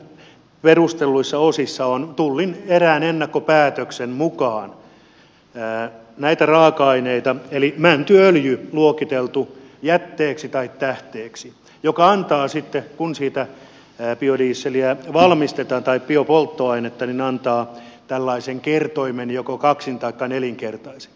eli siellä perustelluissa osissa on tullin erään ennakkopäätöksen mukaan näitä raaka aineita eli mäntyöljy luokiteltu jätteeksi tai tähteeksi joka sitten kun siitä valmistetaan biodieseliä tai biopolttoainetta antaa tällaisen kertoimen joko kaksin taikka nelinkertaisen